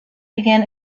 began